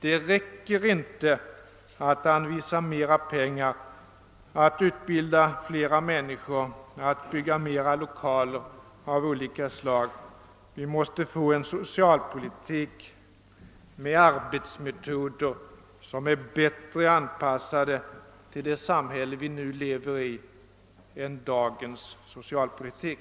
Det räcker inte att anvisa mera pengar, att utbilda flera människor, att bygga flera lokaler av olika slag. Vi måste få en socialpolitik med arbetsmetoder som är bättre anpassade till det samhälle vi nu lever i än enligt dagens socialpolitik.